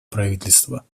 правительства